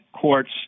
courts